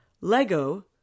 Lego